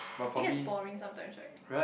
it gets boring sometimes right